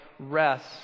rest